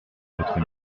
votre